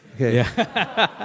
Okay